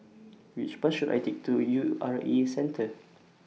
Which Bus should I Take to U R A Centre